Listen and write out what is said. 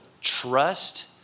Trust